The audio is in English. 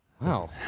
Wow